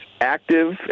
active